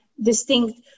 distinct